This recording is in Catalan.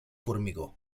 formigó